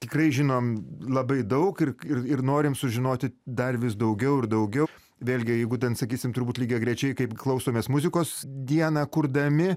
tikrai žinom labai daug ir ir ir norim sužinoti dar vis daugiau ir daugiau vėlgi jeigu ten sakysim turbūt lygiagrečiai kaip klausomės muzikos dieną kurdami